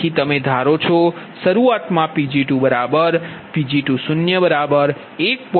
તેથી તમે ધારો છો શરૂઆતમાં Pg2Pg201